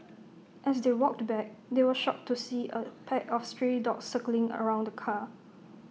as they walked back they were shocked to see A pack of stray dogs circling around the car